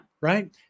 Right